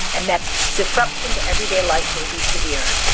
and that disruption to everyday life may be severe,